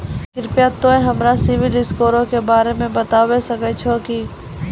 कृपया तोंय हमरा सिविल स्कोरो के बारे मे बताबै सकै छहो कि?